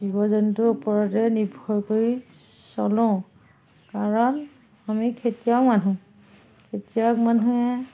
জীৱ জন্তুৰ ওপৰতে নিৰ্ভৰ কৰি চলোঁ কাৰণ আমি খেতিয়ক মানুহ খেতিয়ক মানুহে